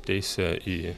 teise į